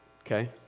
okay